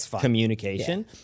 communication